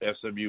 SMU